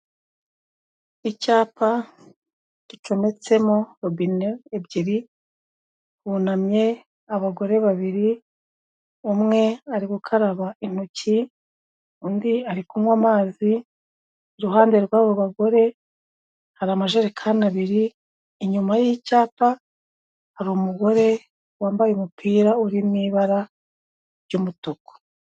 Icyapa gicometsemo robine ebyiri hunamye abagore babiri umwe ari gukaraba intoki undi ari kunywa amazi, iruhande rw'aba bagore hari amajerekani abiri, inyuma y'icyapa hari umugore wambaye umupira uri mu ibara ry'umutuku.